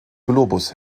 globus